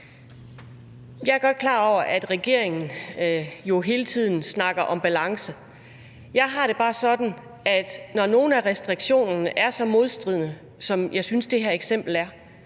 Jeg er godt klar over, at regeringen jo hele tiden snakker om balance. Jeg har det bare sådan, at når nogle af restriktionerne er så modstridende, som jeg synes det her eksempel viser,